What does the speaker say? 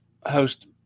host